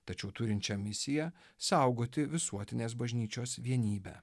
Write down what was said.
tačiau turint šią misiją saugoti visuotinės bažnyčios vienybę